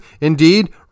indeed